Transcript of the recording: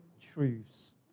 truths